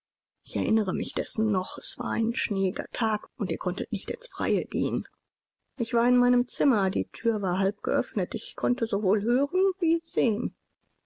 ich erinnere mich dessen noch es war ein schneeiger tag und ihr konntet nicht ins freie gehen ich war in meinem zimmer die thür war halb geöffnet ich konnte sowohl hören wie sehen